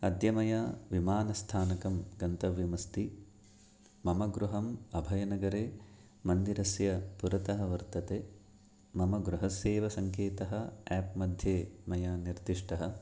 अद्य मया विमानस्थानकं गन्तव्यम् अस्ति मम गृहम् अभयनगरे मन्दिरस्य पुरतः वर्तते मम गृहस्यैव सङ्केतः आप् मध्ये मया निर्दिष्टः